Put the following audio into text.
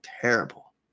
terrible